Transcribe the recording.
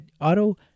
Auto